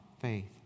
faith